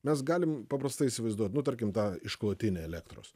mes galim paprastai įsivaizduot nu tarkim tą išklotinę elektros